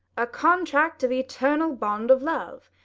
a contract of eternal bond of love,